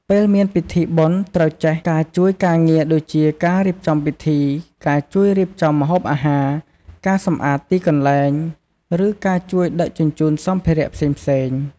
ពេលមានពិធីបុណ្យ ត្រូវចេះការជួយការងារដូចជាការរៀបចំពិធី ការជួយរៀបចំម្ហូបអាហារ ការសម្អាតទីកន្លែង ឬការជួយដឹកជញ្ជូនសម្ភារៈផ្សេងៗ។